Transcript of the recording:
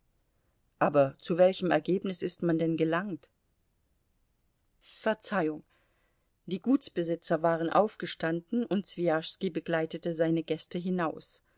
aber zu welchem ergebnis ist man denn gelangt verzeihung die gutsbesitzer waren aufgestanden und swijaschski begleitete seine gäste hinaus